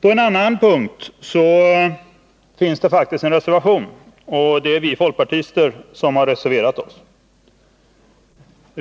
På en annan punkt finns det faktiskt en reservation. Det är vi folkpartister som har reserverat oss.